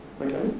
Okay